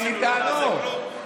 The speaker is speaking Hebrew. לא נעשה כלום,